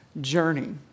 journey